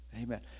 Amen